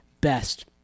best